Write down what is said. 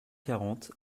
quarante